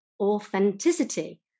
authenticity